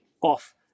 off